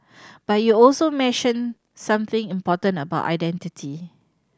but you also mentioned something important about identity